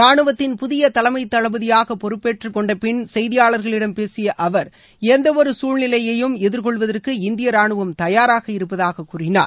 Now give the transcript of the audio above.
ரானுவத்தின் புதிய தலைமை தளபதியாக பொறுப்பேற்றுக்கொண்டபின் செய்தியாளர்களிடம் பேசிய அவர் எந்தவொரு சூழ்நிலையையும் எதிர்கொள்வதற்கு இந்திய ரானுவம் தயாராக இருப்பதாக கூறினார்